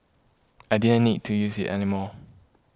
I didn't need to use it anymore